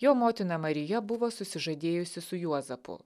jo motina marija buvo susižadėjusi su juozapu